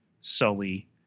Sully